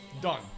Done